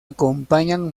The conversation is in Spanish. acompañan